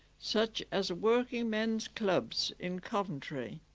such as working men's clubs in coventry